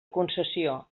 concessió